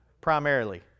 primarily